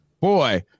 Boy